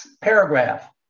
paragraph